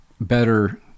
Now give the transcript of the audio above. better